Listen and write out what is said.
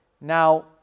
Now